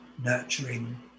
nurturing